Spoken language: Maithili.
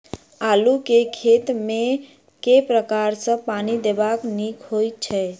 आलु केँ खेत मे केँ प्रकार सँ पानि देबाक नीक होइ छै?